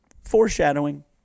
foreshadowing